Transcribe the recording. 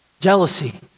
jealousy